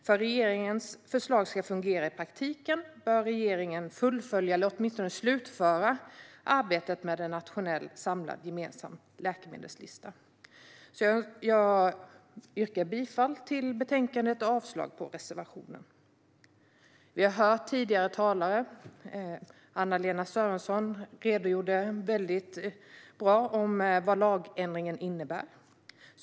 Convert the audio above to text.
För att regeringens förslag ska kunna fungera i praktiken bör regeringen fullfölja eller åtminstone slutföra arbetet med en nationell samlad och gemensam läkemedelslista. Jag yrkar bifall till förslaget i betänkandet och avslag på reservationen. Vi har hört tidigare talare, bland annat Anna-Lena Sörenson, redogöra väl för vad lagändringen innebär.